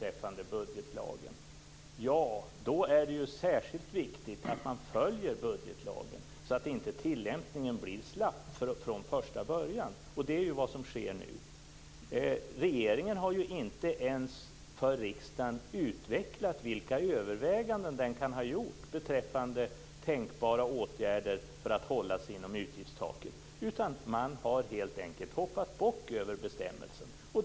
Ja, men då är det särskilt viktigt att man följer budgetlagen, så att inte tillämpningen blir slapp från första början! Det är ju vad som sker nu. Regeringen har ju inte ens för riksdagen utvecklat vilka överväganden man kan ha gjort kring tänkbara åtgärder för att hålla sig inom utgiftstaket. Man har i stället helt enkelt hoppat bock över bestämmelsen.